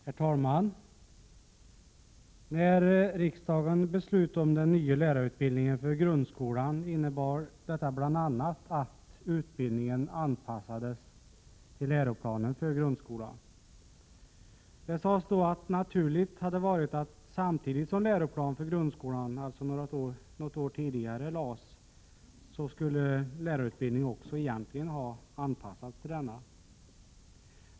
Herr talman! När riksdagen beslutade om den nya lärarutbildningen för grundskolan, innebar detta bl.a. att utbildningen anpassades till läroplanen för grundskolan. Det sades då att naturligt hade varit att samtidigt som läroplanen för grundskolan — alltså något år tidigare — lades fram skulle lärarutbildningen också egentligen ha anpassats till denna.